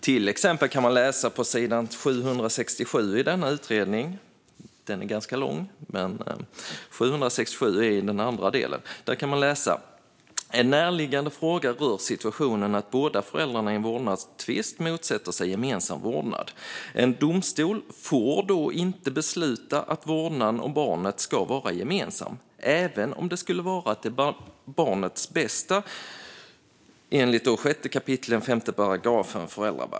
Till exempel kan man på s. 767 i volym 2 av denna utredning - den är ganska lång - läsa följande: "En närliggande fråga rör situationen att båda föräldrarna i en vårdnadstvist motsätter sig gemensam vårdnad. En domstol får då inte besluta att vårdnaden om barnet ska vara gemensam, även om det skulle vara till barnets bästa .